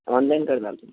online کر ڈالتے